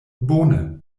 bone